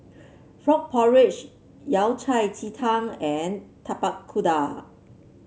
Frog Porridge Yao Cai Ji Tang and Tapak Kuda